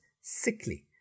sickly